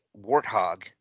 Warthog